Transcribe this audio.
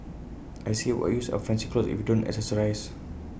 I say what use are fancy clothes if you don't accessorise